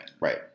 Right